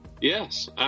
yes